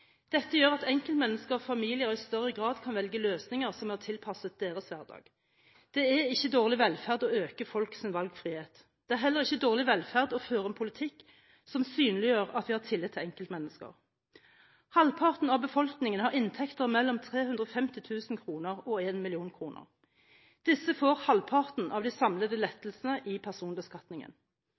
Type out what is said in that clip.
Dette gjør at enkeltmennesker og familier i større grad kan velge løsninger som er tilpasset deres hverdag. Det er ikke dårlig velferd å øke folks valgfrihet. Det er heller ikke dårlig velferd å føre en politikk som synliggjør at vi har tillit til enkeltmennesker. Halvparten av befolkningen har inntekter mellom 350 000 kr og 1 mill. kr. Disse får halvparten av de samlede lettelsene i personbeskatningen.